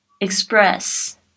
express